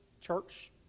church